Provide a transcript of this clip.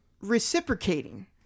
reciprocating